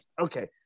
Okay